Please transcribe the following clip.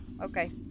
okay